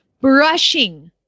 Brushing